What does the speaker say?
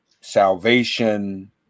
salvation